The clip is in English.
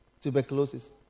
tuberculosis